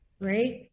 right